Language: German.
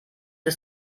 des